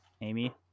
amy